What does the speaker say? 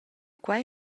quei